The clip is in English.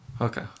Okay